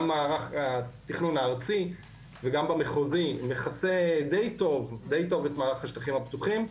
גם מערך התכנון הארצי וגם במחוזי מכסה די טוב את מערך השטחים הפתוחים,